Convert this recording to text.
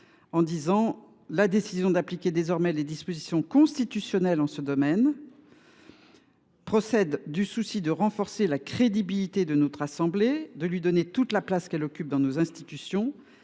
nationale :« La décision d’appliquer désormais les dispositions constitutionnelles en ce domaine procède du souci de renforcer la crédibilité de notre assemblée, de lui donner toute la place qu’elle occupe dans nos institutions.